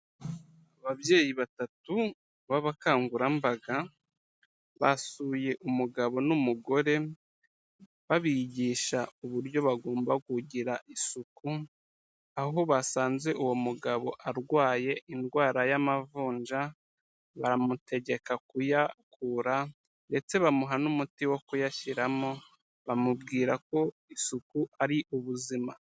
Ababyeyi batatu b'abakangurambaga, basuye umugabo n'umugore babigisha uburyo bagomba kugira isuku, aho basanze uwo mugabo arwaye indwara y'amavunja, bamutegeka kuyakura ndetse bamuha n'umuti wo kuyashyiramo, bamubwira ko isuku ari ubuzima.